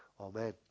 Amen